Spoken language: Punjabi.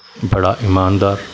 ਬੜਾ ਇਮਾਨਦਾਰ